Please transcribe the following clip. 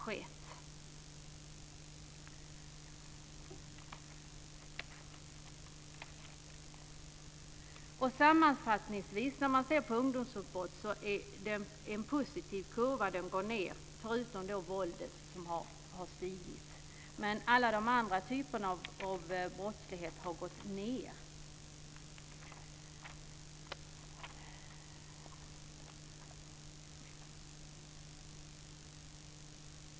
Sammanfattningsvis när man ser på ungdomsbrotten kan man säga att det är en positiv kurva, som går ned, förutom när det gäller våldet, som har ökat. Alla andra typer av brottslighet har gått ned.